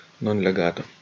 non-legato